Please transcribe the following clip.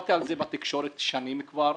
דיברתי על זה בתקשורת שנים רבות,